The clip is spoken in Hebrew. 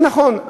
נכון,